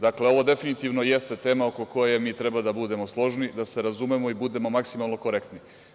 Dakle, ovo definitivno jeste tema oko koje mi treba da budemo složni, da se razumemo i budemo maksimalno korektni.